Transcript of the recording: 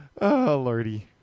lordy